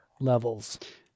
levels